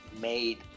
made